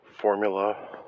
Formula